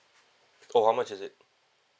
oh how much is it